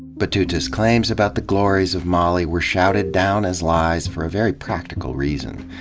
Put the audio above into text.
battuta's claims about the glories of mali were shouted down as lies for a very practical reason.